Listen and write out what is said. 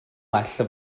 well